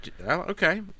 Okay